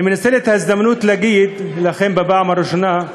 אני מנצל את ההזדמנות כדי להגיד לכם בפעם הראשונה: